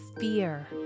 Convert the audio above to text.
fear